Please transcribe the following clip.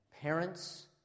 parents